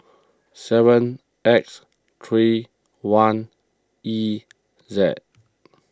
seven X three one E Z